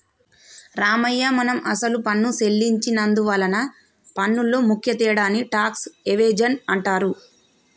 రామయ్య మనం అసలు పన్ను సెల్లించి నందువలన పన్నులో ముఖ్య తేడాని టాక్స్ ఎవేజన్ అంటారు